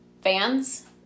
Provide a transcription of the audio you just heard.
fans